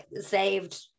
saved